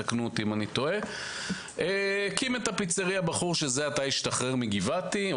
את הפיצרייה הקים בחור שזה עתה השתחרר מגבעתי.